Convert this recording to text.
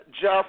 jeff